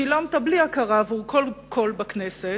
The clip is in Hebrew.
שילמת בלי הכרה עבור כל קול בכנסת,